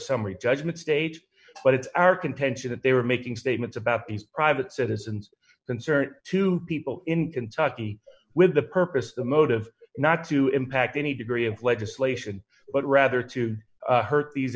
summary judgment state but it's our contention that they were making statements about his private citizens concern to people in touch with the purpose the motive not to impact any degree of legislation but rather to hurt these